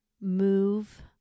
move